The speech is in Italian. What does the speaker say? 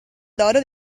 d’oro